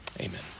Amen